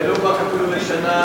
ולו רק אפילו לשנה.